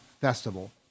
Festival